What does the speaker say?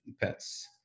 pets